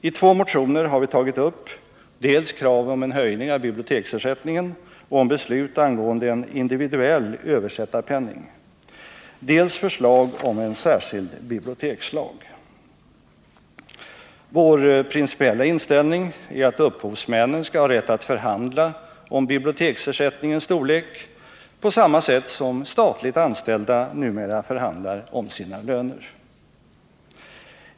I två motioner har vi tagit upp dels krav på en höjning av biblioteksersättningen och på beslut angående en individuell översättarpenning, dels förslag till en särskild bibliotekslag. Vår principiella inställning är att upphovsmännen skall ha rätt att förhandla om biblioteksersättningens storlek på samma sätt som statligt anställda numera förhandlar om sina löner.